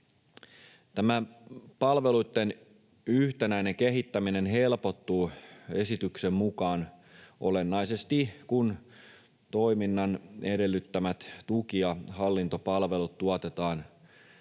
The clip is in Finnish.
Tämä palveluitten yhtenäinen kehittäminen helpottuu esityksen mukaan olennaisesti, kun toiminnan edellyttämät tuki- ja hallintopalvelut tuotetaan